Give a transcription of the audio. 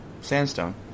Sandstone